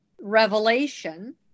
revelation